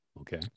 Okay